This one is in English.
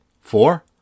Four